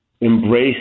embrace